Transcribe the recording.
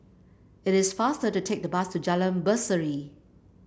it is faster to take the bus to Jalan Berseri